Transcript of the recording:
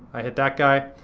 i hit that guy.